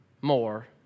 more